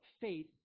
faith